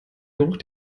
geruch